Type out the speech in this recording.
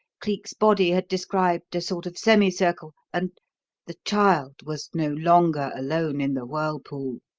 cleek's body had described a sort of semi-circle, and the child was no longer alone in the whirlpool!